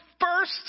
first